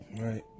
right